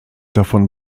davon